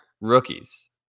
rookies